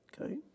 Okay